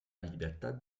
llibertat